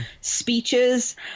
speeches